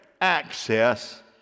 access